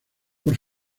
por